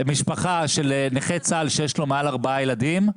משפחה של נכה צה"ל שיש לו מעל ארבעה ילדים,